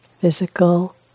Physical